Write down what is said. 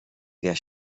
wer